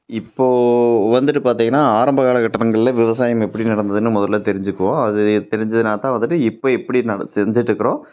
இப்போது வந்துவிட்டு பார்த்திங்கன்னா ஆரம்ப காலகட்டங்கள்ல விவசாயம் எப்படி நடந்துதுன்னு முதல்ல தெரிஞ்சுக்குவோம் அது தெரிஞ்சுதுனாதான் வந்துவிட்டு இப்போ எப்படி செஞ்சிட்ருக்கிறோம்